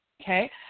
Okay